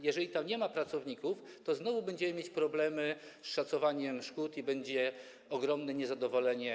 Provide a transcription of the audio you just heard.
Jeżeli tam nie ma pracowników, to znowu będziemy mieć problemy z szacowaniem szkód, a na wsi będzie ogromne niezadowolenie.